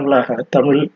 Tamil